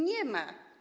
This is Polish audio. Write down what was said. Nie ma.